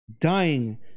Dying